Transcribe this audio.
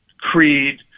creed